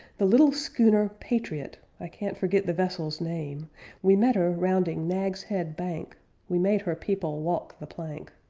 the little schooner patriot i can't forget the vessel's name we met her rounding naggs head bank we made her people walk the plank,